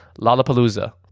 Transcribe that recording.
Lollapalooza